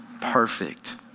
perfect